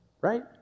right